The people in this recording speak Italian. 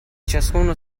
ciascuno